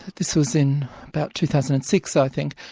this is in about two thousand and six i think.